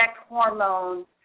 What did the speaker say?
hormones